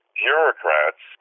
bureaucrats